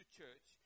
church